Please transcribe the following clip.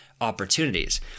opportunities